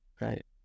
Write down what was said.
Right